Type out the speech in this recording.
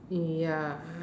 ya